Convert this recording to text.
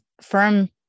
firm